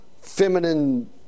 feminine